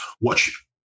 watch